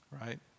Right